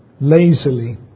lazily